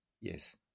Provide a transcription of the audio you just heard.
Yes